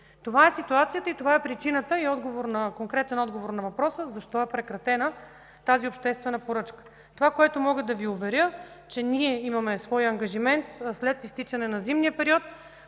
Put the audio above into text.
Това е ситуацията, това е причината и конкретен отговор на въпроса защо е прекратена тази обществена поръчка. Мога да Ви уверя, че имаме свой ангажимент след изтичане на зимния период